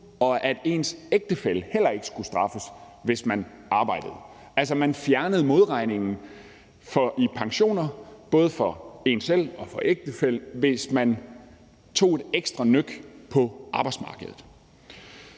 og at ens ægtefælle heller ikke skulle straffes, hvis man arbejdede. Altså, man fjernede modregningen i pensioner, både for en selv og for ægtefællen, hvis man tog et ekstra tørn på arbejdsmarkedet.